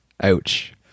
Ouch